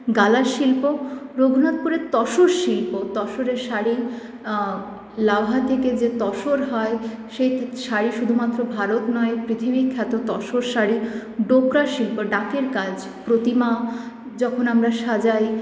গালা শিল্প রঘুনাথপুরের তসর শিল্প তসরের শাড়ি লাভা থেকে যে তসর হয় সেই শাড়ি শুধুমাত্র ভারত নয় পৃথিবীখ্যাত তসর শাড়ি ডোকরা শিল্প ডাকের কাজ প্রতিমা যখন আমরা সাজাই